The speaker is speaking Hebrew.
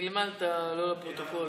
ההצעה להעביר את הנושא לוועדת העבודה,